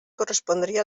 correspondria